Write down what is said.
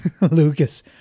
Lucas